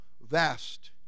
vast